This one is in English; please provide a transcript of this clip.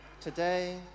Today